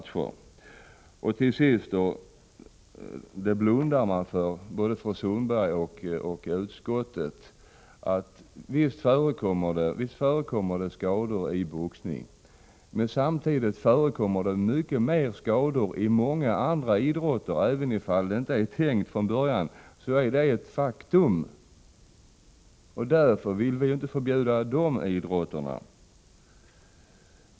Till sist vill jag framhålla något som både fru Sundberg och utskottet blundar för. Visst förekommer det skador i boxning. Men samtidigt förekommer det mycket mer skador i många andra idrotter. Även om man inte har tänkt sig det från början så är det ett faktum. Vi vill inte av den anledningen förbjuda de idrotterna.